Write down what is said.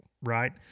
right